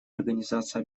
организация